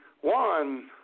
One